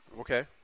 Okay